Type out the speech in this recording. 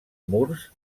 murs